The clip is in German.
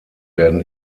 werden